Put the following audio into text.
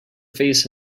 face